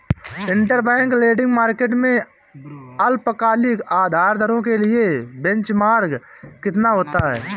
Interbank lending market में अल्पकालिक उधार दरों के लिए बेंचमार्क कितना होता है?